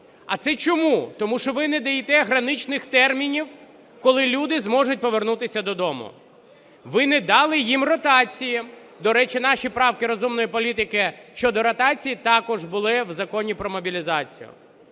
А це чому? Тому що ви не даєте граничних термінів, коли люди зможуть повернутися додому. Ви не дали їм ротації, до речі, наші правки "Розумної політики" щодо ротації також були в Законі про мобілізацію.